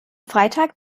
freitag